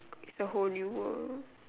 the whole new world